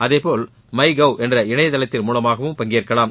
அதேபோல் MyGov என்ற இணையதளத்தின் மூலமாகவும் பங்கேற்கலாம்